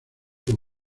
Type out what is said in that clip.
como